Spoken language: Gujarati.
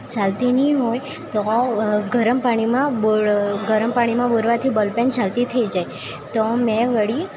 ચાલતી નઇ હોય તો ગરમ પાણીમાં ગરમ પાણીમાં બોળવાથી બોલપેન ચાલતી થઈ જાય તો મેં વળી